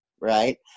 right